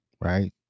Right